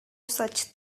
such